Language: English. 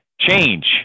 change